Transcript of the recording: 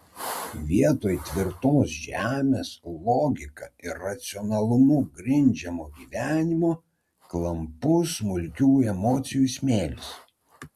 vietoj tvirtos žemės logika ir racionalumu grindžiamo gyvenimo klampus smulkių emocijų smėlis